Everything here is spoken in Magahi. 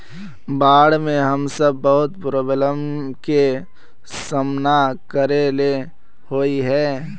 बाढ में हम सब बहुत प्रॉब्लम के सामना करे ले होय है?